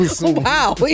Wow